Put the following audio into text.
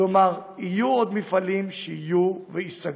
כלומר יהיו עוד מפעלים שייסגרו,